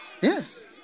Yes